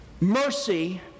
Mercy